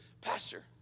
pastor